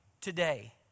today